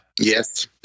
Yes